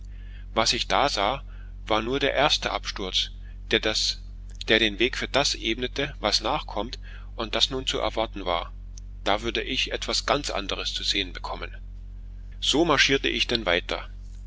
was ich da sah war nur der erste absturz der den weg für das ebnete was nachkommt und das nun zu erwarten war da würde ich etwas ganz anderes zu sehen bekommen so marschierte ich denn weiter